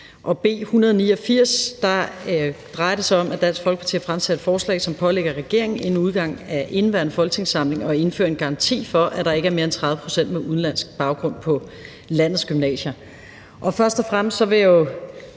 B 189 drejer det sig om, at Dansk Folkeparti har fremsat et forslag, som pålægger regeringen inden udgangen af indeværende folketingssamling at indføre en garanti for, at der ikke er mere end 30 pct. med udenlandsk baggrund på landets gymnasier. Først og fremmest vil jeg jo